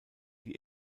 die